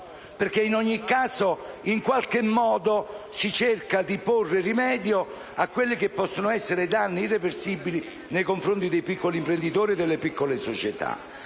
con il quale in qualche modo si cerca di porre rimedio a quelli che possono essere danni irreversibili nei confronti di piccoli imprenditori e di piccole società.